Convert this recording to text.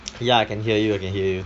ya I can hear you I can hear you